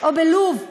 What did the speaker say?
או בלוב,